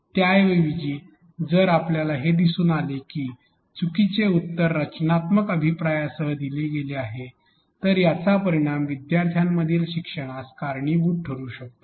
त्याऐवजी जर आपल्याला हे दिसून आले की चुकीचे उत्तर रचनात्मक अभिप्रायासह दिले गेले आहे तर याचा परिणाम विद्यार्थ्यांमधील शिक्षणास कारणीभूत ठरू शकतो